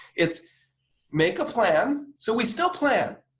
it's make a plan so we still plan.